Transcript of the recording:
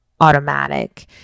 automatic